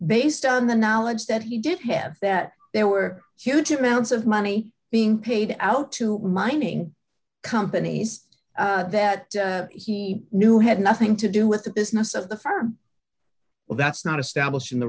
based on the knowledge that he did have that there were huge amounts of money being paid out to mining companies that he knew had nothing to do with the business of the firm well that's not established in the